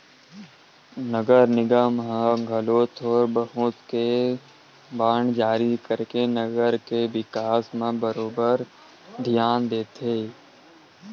नगर निगम ह घलो थोर बहुत के बांड जारी करके नगर के बिकास म बरोबर धियान देथे